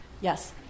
Yes